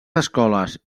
escoles